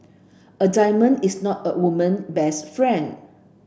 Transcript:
a diamond is not a woman best friend